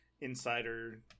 insider